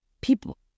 People